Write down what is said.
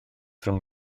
rhwng